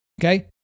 Okay